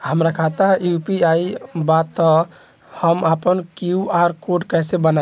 हमार खाता यू.पी.आई बा त हम आपन क्यू.आर कोड कैसे बनाई?